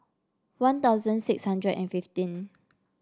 One Thousand six hundred and fifteen